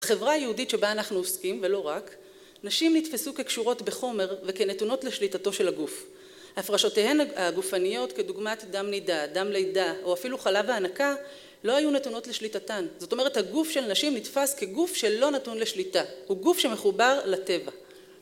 בחברה היהודית שבה אנחנו עוסקים ולא רק, נשים נתפסו כקשורות בחומר וכנתונות לשליטתו של הגוף. הפרשותיהן הגופניות כדוגמת דם נידה, דם לידה, או אפילו חלב ההנקה לא היו נתונות לשליטתן. זאת אומרת הגוף של נשים נתפס כגוף שלא נתון לשליטה. הוא גוף שמחובר לטבע